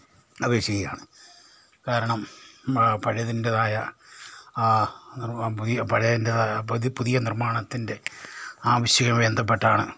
അപേക്ഷിക്കുകയാണ് കാരണം മാ പഴയതിൻൻറ്റെതായ ആ നിർ പുതിയ പഴയതിൻ്റതായ പുതിയ നിർമ്മാണത്തിൻ്റെ ആവശ്യകത ബന്ധപ്പെട്ടാണ്